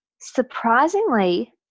Surprisingly